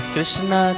Krishna